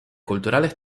culturales